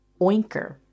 oinker